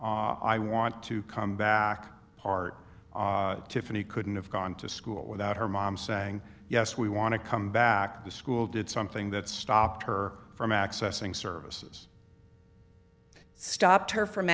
the i want to come back part to find he couldn't have gone to school without her mom saying yes we want to come back to school did something that stopped her from accessing services stopped her from